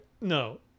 No